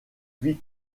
vie